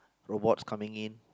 robots coming in